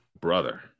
Brother